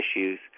issues